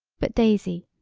but daisy,